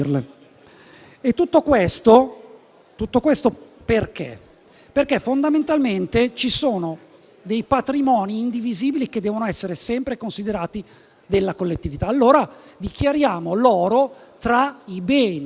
Tutto questo perché fondamentalmente ci sono dei patrimoni indivisibili che devono essere sempre considerati della collettività, allora come principio